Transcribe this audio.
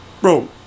Bro